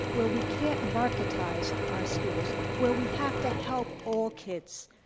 where we can't marketize our schools, where we have to help all kids.